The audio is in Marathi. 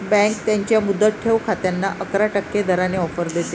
बँक त्यांच्या मुदत ठेव खात्यांना अकरा टक्के दराने ऑफर देते